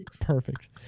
Perfect